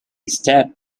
step